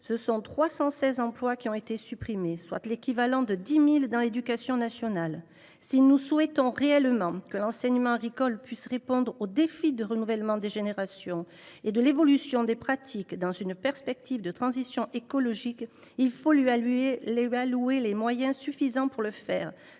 ce sont 316 emplois qui ont été supprimés, soit l’équivalent de 10 000 dans l’éducation nationale ! Si nous souhaitons réellement que l’enseignement agricole puisse répondre aux défis du renouvellement des générations et de l’évolution des pratiques dans une perspective de transition écologique, il faut lui allouer les moyens suffisants pour ce faire.